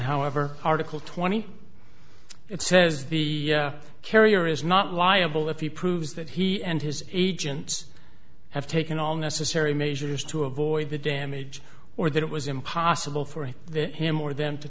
however article twenty it says the carrier is not liable if he proves that he and his agents have taken all necessary measures to avoid the damage or that it was impossible for him or them to